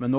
Men